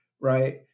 Right